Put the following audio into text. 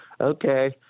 Okay